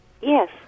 Yes